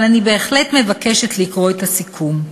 אבל אני בהחלט מבקשת לקרוא את הסיכום,